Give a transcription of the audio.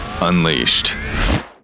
unleashed